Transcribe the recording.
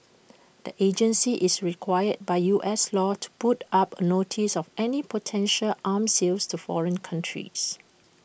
the agency is required by U S law to put up A notice of any potential arm sales to foreign countries